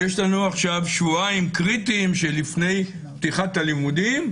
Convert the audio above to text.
יש לנו עכשיו שבועיים קריטיים לפני פתיחת הלימודים,